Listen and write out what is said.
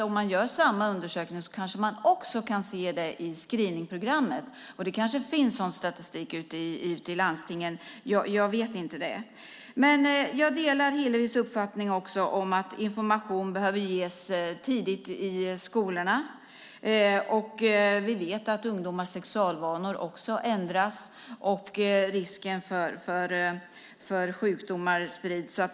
Om man gör samma undersökning kanske man också kan se det i screeningprogrammet. Det kanske finns sådan statistik ute i landstingen. Jag vet inte det. Jag delar också Hillevis uppfattning att information behöver ges tidigt i skolorna. Vi vet att ungdomars sexualvanor också ändras, och risken för sjukdomar sprids.